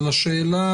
אבל השאלה,